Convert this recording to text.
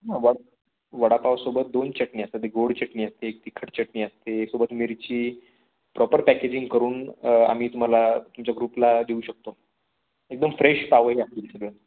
हां वड वडापावसोबत दोन चटणी असतात एक गोड चटणी असते एक तिखट चटणी असते सोबत मिरची प्रॉपर पॅकेजिंग करून आम्ही तुम्हाला तुमच्या ग्रुपला देऊ शकतो एकदम फ्रेश पाव आहे आपली सगळं